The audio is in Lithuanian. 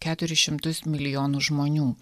keturis šimtus milijonų žmonių